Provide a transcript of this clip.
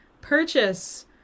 purchase